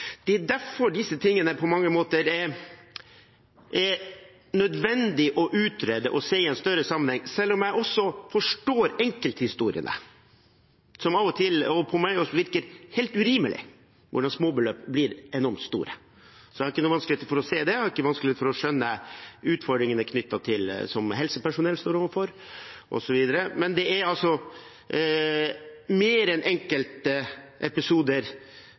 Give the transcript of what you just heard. Det er derfor det er nødvendig å utrede og se disse tingene i en større sammenheng, selv om jeg også forstår enkelthistoriene – av og til virker det på meg helt urimelig hvordan småbeløp blir enormt store. Jeg har ikke noen vanskeligheter med å se det, og jeg har ikke vanskelig for å skjønne utfordringene som helsepersonell står overfor osv. Men det er altså mer enn